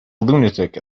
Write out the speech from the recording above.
lunatic